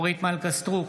אורית מלכה סטרוק,